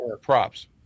props